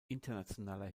internationaler